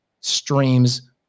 streams